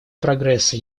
прогресса